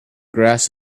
grass